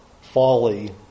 folly